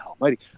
almighty